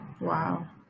Wow